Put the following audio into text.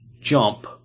jump